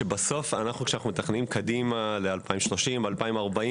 שבסוף כשאנחנו מתכננים קדימה ל-2030 או 2040,